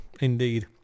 Indeed